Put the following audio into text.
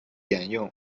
沿用